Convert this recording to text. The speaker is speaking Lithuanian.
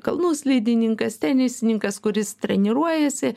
kalnų slidininkas tenisininkas kuris treniruojasi